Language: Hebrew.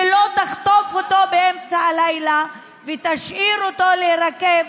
שלא תחטוף אותו באמצע הלילה ותשאיר אותו להירקב